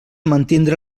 mantindre